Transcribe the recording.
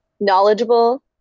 knowledgeable